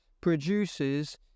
produces